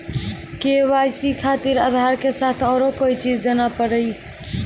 KYC खातिर आधार के साथ औरों कोई चीज देना पड़ी?